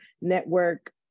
network